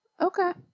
Okay